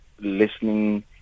listening